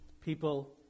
people